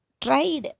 tried